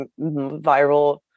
viral